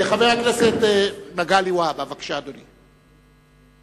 חבר הכנסת מגלי והבה, בבקשה, אדוני.